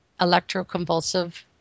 electroconvulsive